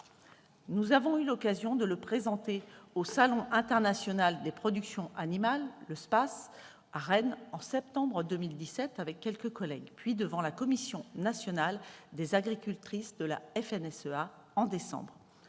nous avons eu l'occasion de le présenter au salon international des productions animales, le SPACE, de Rennes, en septembre 2017 avec quelques collègues, puis devant la commission nationale des agricultrices de la FNSEA, en décembre